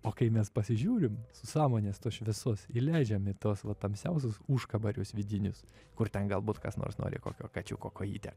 o kai mes pasižiūrim su sąmonės tos šviesos įleidžiam į tuos va tamsiausius užkabarius vidinius kur ten galbūt kas nors nori kokio kačiuko kojytę